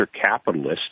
capitalists